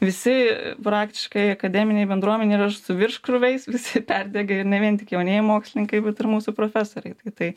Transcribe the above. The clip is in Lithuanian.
visi praktiškai akademinėj bendruomenėj su virškrūviais visi perdegę ir ne vien tik jaunieji mokslininkai bet ir mūsų profesoriai tai tai